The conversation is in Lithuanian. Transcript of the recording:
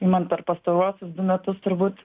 imant per pastaruosius du metus turbūt